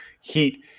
heat